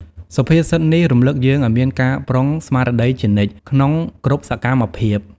សុភាសិតនេះរំលឹកយើងឲ្យមាន ការប្រុងស្មារតីជានិច្ច ក្នុងគ្រប់សកម្មភាព។